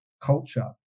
culture